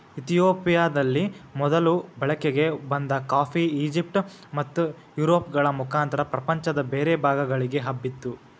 ಇತಿಯೋಪಿಯದಲ್ಲಿ ಮೊದಲು ಬಳಕೆಗೆ ಬಂದ ಕಾಫಿ, ಈಜಿಪ್ಟ್ ಮತ್ತುಯುರೋಪ್ಗಳ ಮುಖಾಂತರ ಪ್ರಪಂಚದ ಬೇರೆ ಭಾಗಗಳಿಗೆ ಹಬ್ಬಿತು